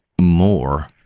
more